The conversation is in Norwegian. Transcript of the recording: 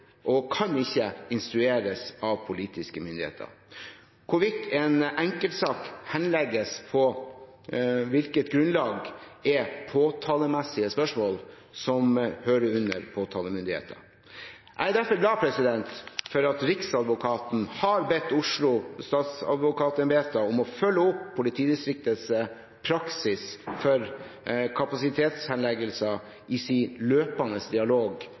og kan ikke instrueres av politiske myndigheter. Hvorvidt en enkeltsak henlegges, og på hvilket grunnlag, er påtalemessige spørsmål, som hører inn under påtalemyndigheten. Jeg er derfor glad for at riksadvokaten har bedt Oslo statsadvokatembeter om å følge opp politidistriktets praksis for kapasitetshenleggelser i sin løpende dialog